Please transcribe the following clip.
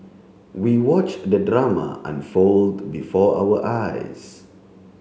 we watched the drama unfold before our eyes